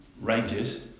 ranges